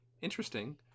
interesting